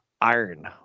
iron